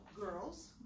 girls